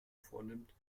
vornimmt